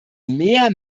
mehr